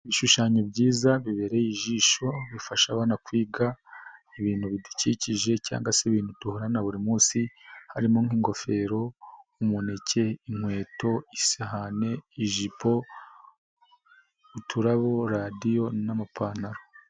Ibishushanyo byiza bibereye ijisho, bifasha abana kwiga ibintu bidukikije cyangwa se ibintu duhorana buri munsi, harimo nk'ingofero, umuneke, inkweto, isahani, ijipo, uturabo, radiyo n'amapantaro.